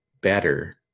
better